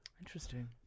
Interesting